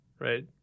Right